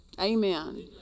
Amen